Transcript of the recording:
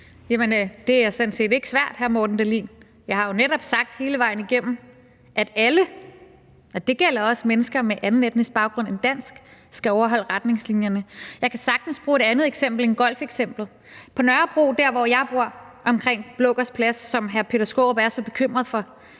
Jamen det er sådan set ikke svært, hr. Morten Dahlin. Jeg har jo netop sagt hele vejen igennem, at alle – og det gælder også mennesker med anden etnisk baggrund end dansk – skal overholde retningslinjerne. Jeg kan sagtens bruge et andet eksempel end golfeksemplet. På Nørrebro – der, hvor jeg bor – omkring Blågårds Plads, som hr. Peter Skaarup er så bekymret for,